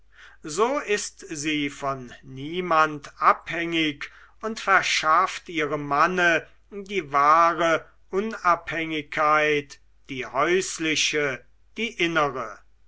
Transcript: so ist sie von niemand abhängig und verschafft ihrem manne die wahre unabhängigkeit die häusliche die innere